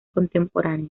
contemporánea